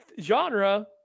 genre